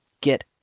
get